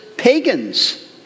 pagans